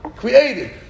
Created